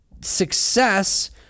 success